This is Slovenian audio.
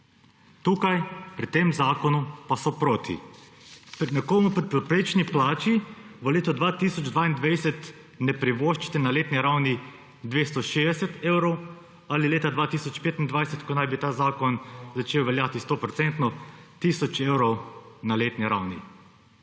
Pri tem zakonu pa so proti. Nekomu pri povprečni plači v letu 2022 ne privoščite na letni ravni 260 evrov ali leta 2025, ko naj bi ta zakon začel veljati 100-procentno, tisoč evrov na letni ravni.